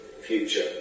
future